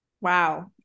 Wow